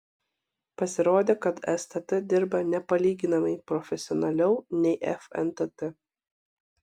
pasirodė kad stt dirba nepalyginamai profesionaliau nei fntt